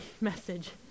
message